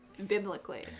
biblically